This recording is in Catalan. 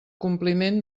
compliment